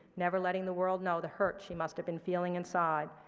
never letting the world know the hurt she must have been feeling inside.